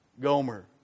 Gomer